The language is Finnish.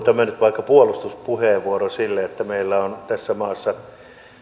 tämä nyt vaikka puolustuspuheenvuoro sille että meillä on tässä maassa